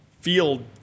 field